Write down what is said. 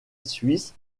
suisse